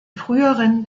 früheren